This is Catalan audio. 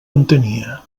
entenia